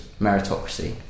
Meritocracy